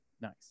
Nice